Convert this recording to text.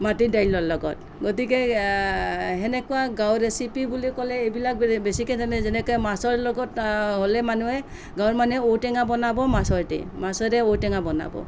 মাটি দাইলৰ লগত গতিকে সেনেকুৱা গাঁৱৰ ৰেচিপি বুলি ক'লে এইবিলাক বেছিকৈ জানে যেনে মাছৰ লগত হ'লে মানুহে গাঁৱৰ মানুহে ঔটেঙা বনাব মাছেদি মাছেৰে ঔটেঙা বনাব